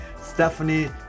Stephanie